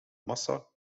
massa